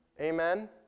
Amen